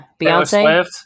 Beyonce